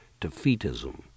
defeatism